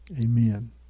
Amen